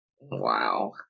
Wow